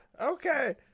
Okay